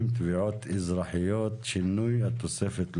(תביעות אזרחיות) (שינוי התוספת לחוק)